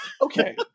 Okay